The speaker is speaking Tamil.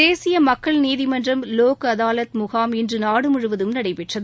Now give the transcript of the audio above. தேசிய மக்கள் நீதிமன்றம் லோக் அதாலத் முகாம் இன்று நாடுமுழுவதும் நடைபெற்றது